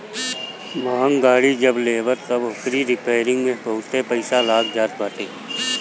महंग गाड़ी जब लेबअ तअ ओकरी रिपेरिंग में बहुते पईसा लाग जात बाटे